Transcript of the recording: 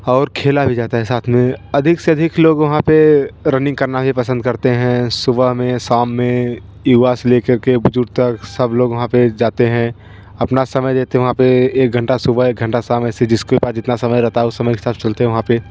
और खेला भी जाता है साथ में अधिक से अधिक लोग वहाँ पर रनिंग करना भी पसंद करते हैं सुबह में शाम में युवा से लेकर के बुजुर्ग तक सब लोग वहाँ पर जाते हैं अपना समय देते हैं वहाँ पर एक घंटा सुबह एक घंटा शाम ऐसे जिसके पास जितना समय रहता उस समय के हिसाब से चलते वहाँ पर